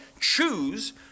choose